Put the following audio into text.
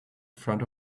front